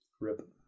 Rip